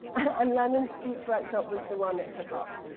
and london speech workshop was the one that took off.